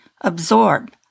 absorb